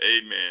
amen